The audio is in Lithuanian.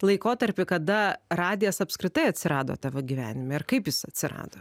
laikotarpį kada radijas apskritai atsirado tavo gyvenime ir kaip jis atsirado